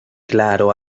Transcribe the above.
claro